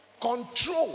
control